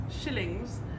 shillings